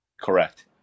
Correct